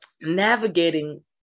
navigating